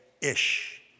ish